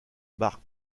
bart